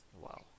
Wow